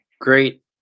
great